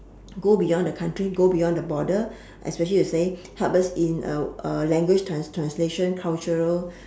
go beyond the country go beyond the border especially you say help us in uh uh language trans~ translation cultural